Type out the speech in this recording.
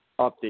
update